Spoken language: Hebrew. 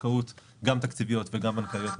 זכאות גם תקציביות וגם בנקאיות מסובסדות,